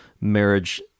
marriage